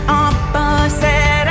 opposite